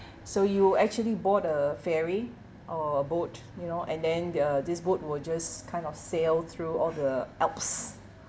so you actually board a ferry or a boat you know and then uh this board would just kind of sail through all the alps